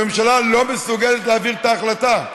הממשלה לא מסוגלת להעביר את ההחלטה.